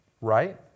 right